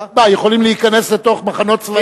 מה, יכולים להיכנס לתוך מחנות צבאיים?